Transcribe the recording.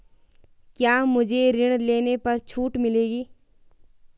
क्या मुझे ऋण लेने पर छूट मिलेगी?